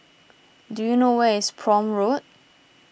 do you know where is Prome Road